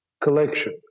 collection